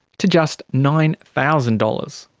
to just nine thousand dollars.